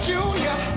Junior